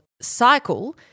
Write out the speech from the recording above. cycle –